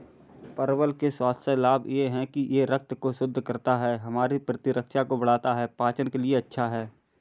परवल के स्वास्थ्य लाभ यह हैं कि यह रक्त को शुद्ध करता है, हमारी प्रतिरक्षा को बढ़ाता है, पाचन के लिए अच्छा है